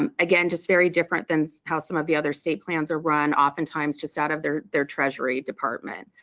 um again just very different than how some of the other state plans are run oftentimes just out of their their treasury department.